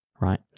right